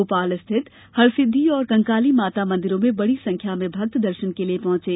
भोपाल जिला स्थित हरसिद्दी और कंकाली माता मंदिरों में बड़ी संख्या में भक्त दर्शन के लिए पहुंचे